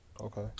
Okay